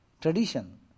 tradition